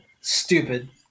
stupid